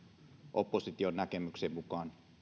opposition näkemyksen mukaan